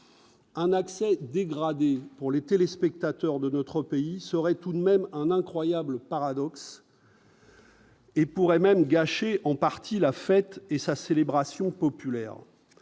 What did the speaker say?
Un accès dégradée pour les téléspectateurs de notre pays serait tout de même un incroyable paradoxe. Et pourrait même gâché en partie la fête et sa célébration populaire